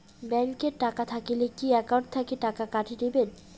Bank এ টাকা থাকিলে কি একাউন্ট থাকি টাকা কাটি নিবেন?